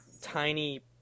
tiny